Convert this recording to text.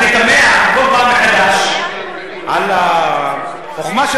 אני תמה כל פעם מחדש על החוכמה של